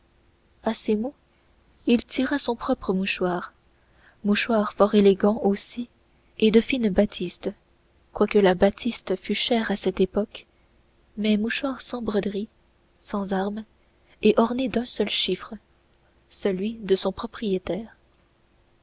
à ces mots il tira son propre mouchoir mouchoir fort élégant aussi et de fine batiste quoique la batiste fût chère à cette époque mais mouchoir sans broderie sans armes et orné d'un seul chiffre celui de son propriétaire